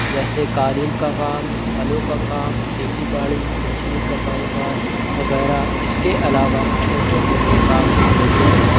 جیسے قالین کا کام پھلوں کا کام کھیتی باڑی مچھلی کا کاروبار وغیرہ اس کے علاوہ چھوٹے موٹے کام بھی ہوتے ہیں